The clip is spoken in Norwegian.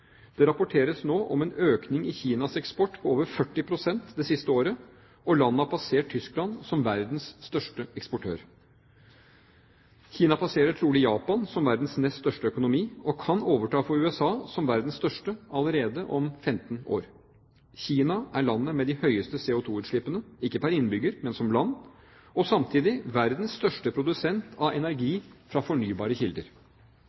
Det rapporteres nå om en økning i Kinas eksport på over 40 pst. det siste året, og landet har passert Tyskland som verdens største eksportør. Kina passerer trolig Japan som verdens nest største økonomi og kan overta for USA som verdens største allerede om 15 år. Kina er landet med de høyeste CO2-utslippene, ikke pr. innbygger, men som land – og samtidig verdens største produsent av energi fra fornybare kilder.